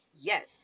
Yes